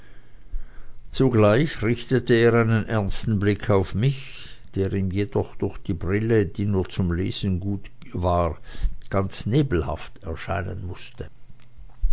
zugleich richtete er einen ernsten blick auf mich der ihm jedoch durch die brille die nur zum lesen gut war ganz nebelhaft erscheinen mußte